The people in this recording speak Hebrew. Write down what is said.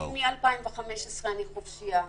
מ-2015 אני חופשיה.